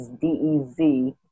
D-E-Z